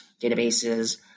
databases